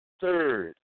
third